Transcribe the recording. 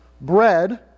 bread